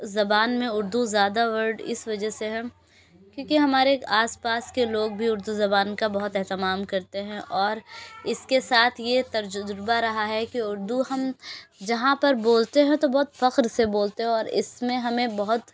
زبان میں اردو زیادہ ورڈ اس وجہ سے ہے کیونکہ ہمارے آس پاس کے لوگ بھی اردو زبان کا بہت اہتمام کرتے ہیں اور اس کے ساتھ یہ تجربہ رہا ہے کہ اردو ہم جہاں پر بولتے ہیں تو بہت فخر سے بولتے ہیں اور اس میں ہمیں بہت